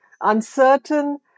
uncertain